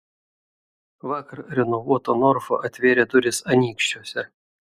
vakar renovuota norfa atvėrė duris anykščiuose